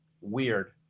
weird